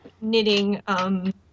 knitting